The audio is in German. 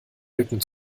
lücken